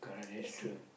that's it